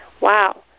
Wow